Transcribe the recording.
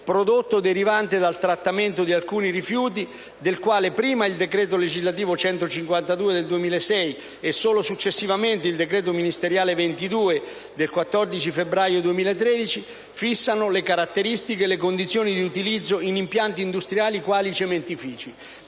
prodotto derivante dal trattamento di alcuni rifiuti, del quale prima il decreto legislativo n. 152 del 2006 e successivamente il decreto ministeriale n. 22 del 14 febbraio 2013 fissano le caratteristiche e le condizioni di utilizzo in impianti industriali quali cementifici.